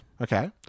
Okay